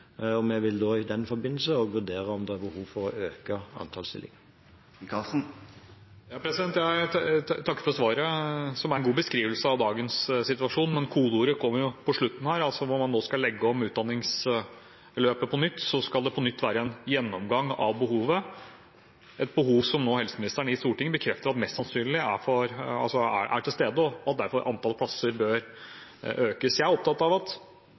og vi vil i den forbindelse vurdere om det er behov for å øke antallet stillinger. Jeg takker for svaret, som er en god beskrivelse av dagens situasjon, men kodeordet kom jo på slutten. Når man skal legge om utdanningsløpet på nytt, skal det på nytt være en gjennomgang av behovet, et behov som helseministeren i Stortinget bekrefter at mest sannsynlig er til stede, og at antallet plasser derfor bør økes. Jeg er opptatt av at